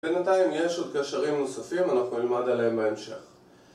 בינתיים יש עוד קשרים נוספים ואנחנו נלמד עליהם בהמשך